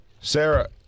Sarah